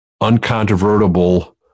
uncontrovertible